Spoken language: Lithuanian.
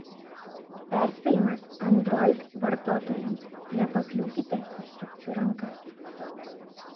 perspėjimas android vartotojams nepakliūkite į sukčių rankas